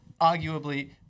arguably